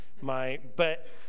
my—but